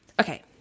Okay